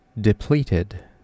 depleted